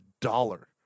dollar